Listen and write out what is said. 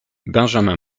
benjamin